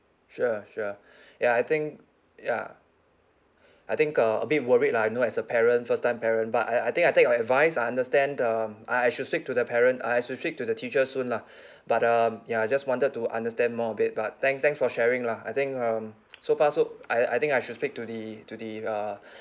sure sure ya I think ya I think uh a bit worried lah you know as a parent first time parent but I I think I'll take your advice I understand um I should speak to the parent I should speak to the teacher soon lah but um ya I just wanted to understand more a bit but thanks thanks for sharing lah I think um so far so I I think I should speak to the to the uh